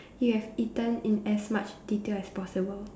you have eaten in as much detail as possible